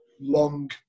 long